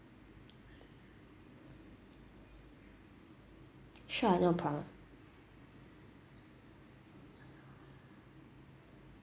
sure no problem